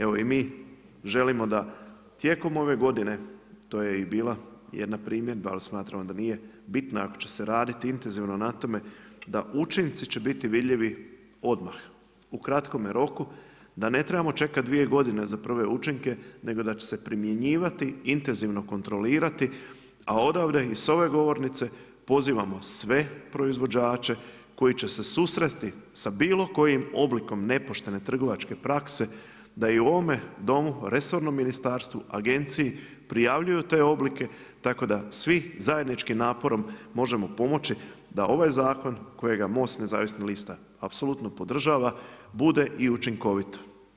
Evo i mi želimo, da tijekom ove godine, to je i bila jedna primjedba, ali smatramo da nije bitna, ako će se raditi intenzivno na tome, da učinci će biti vidljivi odmah, u kratkome roku, da ne trebamo čekati 2 godine za prve učinke, nego da će se primjenjivati, intenzivno kontrolirati, a odavde i s ove govornice pozivamo sve proizvođače koji će se susresti sa bilo kojim oblikom nepoštene trgovačke prakse, da i u ovome Domu, resorno ministarstvu, agenciji, prijavljuju te oblike, tako da svi zajedničkim naporom, možemo pomoći da ovaj zakon kojega Most nezavisnih lista apsolutno podržava, bude i učinkovito.